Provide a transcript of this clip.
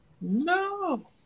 No